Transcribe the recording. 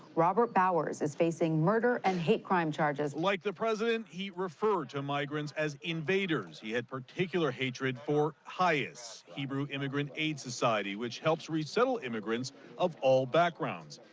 robert bowers is facing murder and hate crime charges. like the president, he referred to migrants as invaders. he had particular hatred for hias, hebrew immigrant aid society, which helps resettle immigrants of all backgrounds.